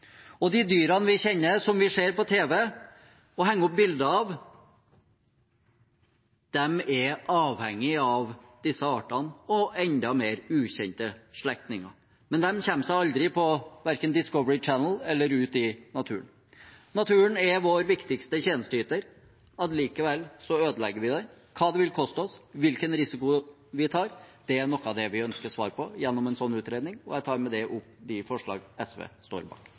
Og de dyrene som vi kjenner, som vi ser på tv og henger opp bilder av, er avhengig av disse artene og enda mer ukjente slektninger, men de kommer seg aldri verken på Discovery Channel eller Ut i naturen. Naturen er vår viktigste tjenesteyter. Likevel ødelegger vi den. Hva det vil koste oss, og hvilken risiko vi tar, er noe av det vi ønsker svar på gjennom en slik utredning. Jeg tar med det opp de forslag SV står bak.